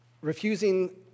Refusing